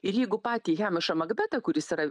ir jeigu patį hemišą magbetą kuris yra